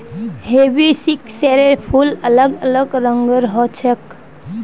हिबिस्कुसेर फूल अलग अलग रंगेर ह छेक